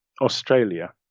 Australia